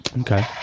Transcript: Okay